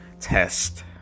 test